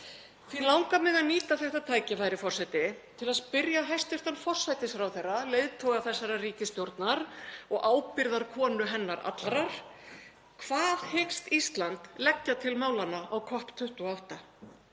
Því langar mig að nýta þetta tækifæri, forseti, til að spyrja hæstv. forsætisráðherra, leiðtoga þessarar ríkisstjórnar og ábyrgðarkonu hennar allrar: Hvað hyggst Ísland leggja til málanna á COP28?